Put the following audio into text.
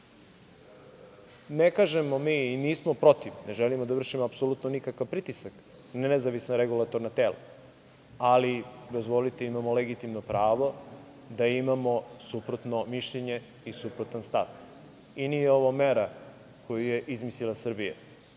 kažemo mi i nismo protiv, ne želimo da vršimo apsolutno nikakav pritisak na nezavisna regulatorna tela, ali, dozvolite, imamo legitimno pravo da imamo suprotno mišljenje i suprotan stav i nije ovo mera koju je izmislila Srbija.